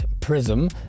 Prism